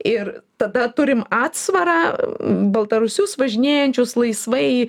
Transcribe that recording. ir tada turim atsvarą baltarusius važinėjančius laisvai